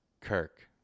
Kirk